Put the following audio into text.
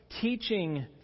teaching